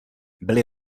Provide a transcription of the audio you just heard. byly